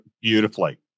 Beautifully